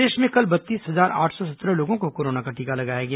प्रदेश में कल बत्तीस हजार आठ सौ सत्रह लोगों को कोरोना का टीका लगाया गया